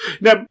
Now